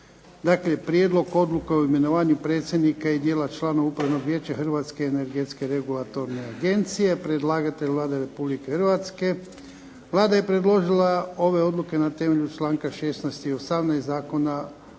Dakle –- Prijedlog Odluke o imenovanju predsjednika i dijela članova Upravnog vijeća Hrvatske energetske regulatorne agencije Predlagatelj: Vlada Republike Hrvatske Vlada je predložila ove odluke na temelju članka 16. i 18. Zakona o